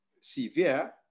severe